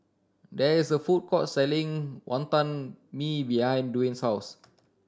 there is a food court selling Wonton Mee behind Dwane's house